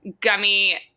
gummy